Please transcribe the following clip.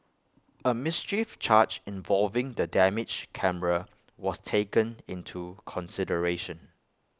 A mischief charge involving the damaged camera was taken into consideration